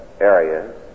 areas